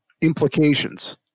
Implications